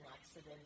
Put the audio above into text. accident